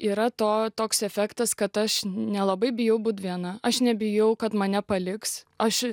yra to toks efektas kad aš nelabai bijau būti viena aš nebijau kad mane paliks aš